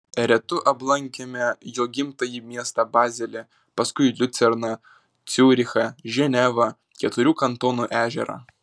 eretu aplankėme jo gimtąjį miestą bazelį paskui liucerną ciurichą ženevą keturių kantonų ežerą